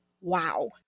wow